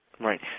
Right